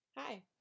Hi